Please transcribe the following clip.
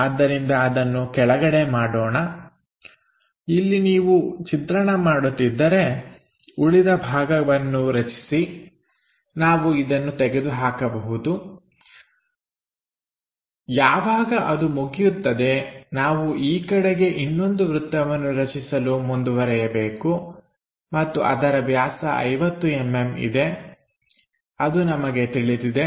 ಆದ್ದರಿಂದ ಅದನ್ನು ಕೆಳಗೆ ಮಾಡೋಣ ಇಲ್ಲಿ ನೀವು ಚಿತ್ರಣ ಮಾಡುತ್ತಿದ್ದರೆ ಉಳಿದ ಭಾಗವನ್ನು ರಚಿಸಿ ನಾವು ಇದನ್ನು ತೆಗೆದುಹಾಕಬಹುದು ಯಾವಾಗ ಅದು ಮುಗಿಯುತ್ತದೆ ನಾವು ಈ ಕಡೆಗೆ ಇನ್ನೊಂದು ವೃತ್ತವನ್ನು ರಚಿಸಲು ಮುಂದುವರೆಯಬೇಕು ಮತ್ತು ಅದರ ವ್ಯಾಸ 50mm ಇದೆ ಅದು ನಮಗೆ ತಿಳಿದಿದೆ